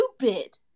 stupid